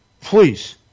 please